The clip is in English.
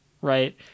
Right